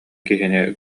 киһини